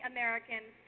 Americans